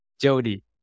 Jody